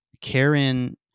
Karen